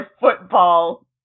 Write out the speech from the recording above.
football